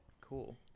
Cool